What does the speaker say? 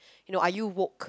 you know are you work